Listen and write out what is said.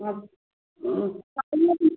हँ हँ सपने